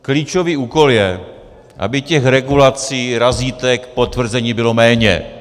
Klíčový úkol je, aby těch regulací, razítek, potvrzení bylo méně.